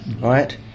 right